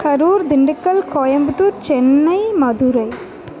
Karur Dindigul Coimbatore Chennai Madurai